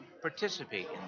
participate